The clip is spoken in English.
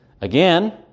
Again